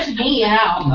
me out.